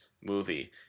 movie